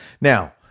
Now